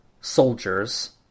soldiers